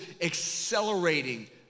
accelerating